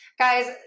guys